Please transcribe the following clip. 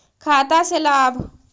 खाता से लाभ?